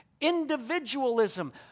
Individualism